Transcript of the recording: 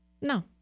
No